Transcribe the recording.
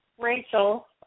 rachel